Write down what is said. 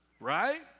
Right